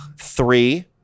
Three